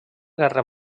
guerra